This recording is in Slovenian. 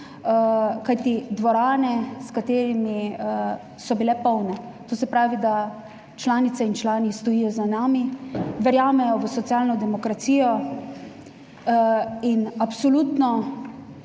kajti dvorane so bile polne, to se pravi, da članice in člani stojijo za nami, verjamejo v socialno demokracijo in absolutno